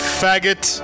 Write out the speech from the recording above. faggot